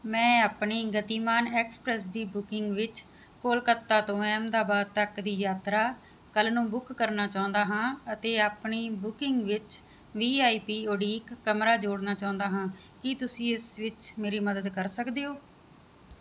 ਮੈਂ ਆਪਣੀ ਗਤੀਮਾਨ ਐਕਸਪ੍ਰੈਸ ਦੀ ਬੁਕਿੰਗ ਵਿੱਚ ਕੋਲਕਾਤਾ ਤੋਂ ਅਹਿਮਦਾਬਾਦ ਤੱਕ ਦੀ ਯਾਤਰਾ ਕੱਲ੍ਹ ਨੂੰ ਬੁੱਕ ਕਰਨਾ ਚਾਹੁੰਦਾ ਹਾਂ ਅਤੇ ਆਪਣੀ ਬੁਕਿੰਗ ਵਿੱਚ ਵੀ ਆਈ ਪੀ ਉਡੀਕ ਕਮਰਾ ਜੋੜਨਾ ਚਾਹੁੰਦਾ ਹਾਂ ਕੀ ਤੁਸੀਂ ਇਸ ਵਿੱਚ ਮੇਰੀ ਮਦਦ ਕਰ ਸਕਦੇ ਹੋ